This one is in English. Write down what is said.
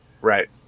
Right